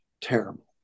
terrible